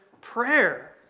prayer